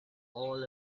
all